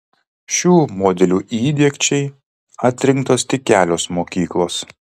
šių modelių įdiegčiai atrinktos tik kelios mokyklos